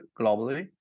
globally